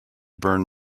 burn